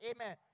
Amen